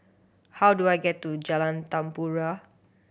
how do I get to Jalan Tempua